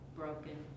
broken